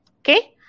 okay